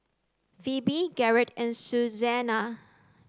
Phoebe Garrett and Susannah